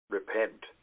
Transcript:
Repent